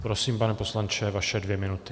Prosím, pane poslanče, vaše dvě minuty.